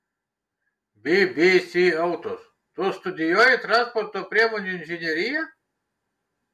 bbc autos tu studijuoji transporto priemonių inžineriją